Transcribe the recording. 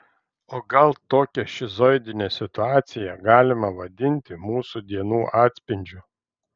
o gal tokią šizoidinę situaciją galima vadinti mūsų dienų atspindžiu